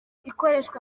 ikoreshwa